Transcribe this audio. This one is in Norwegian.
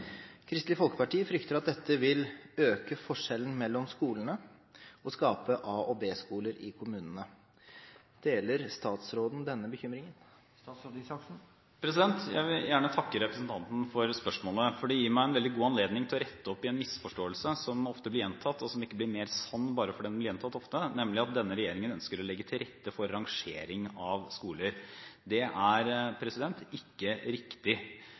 Kristelig Folkeparti frykter at dette vil øke forskjellen mellom skolene, og skape A- og B-skoler i kommunene. Deler statsråden denne bekymringen?» Jeg vil gjerne takke representanten for spørsmålet, for det gir meg en veldig god anledning til å rette opp en misforståelse som ofte blir gjentatt, men som ikke blir mer sann bare fordi den blir gjentatt ofte, nemlig at denne regjeringen ønsker å legge til rette for rangering av skoler. Det er ikke riktig.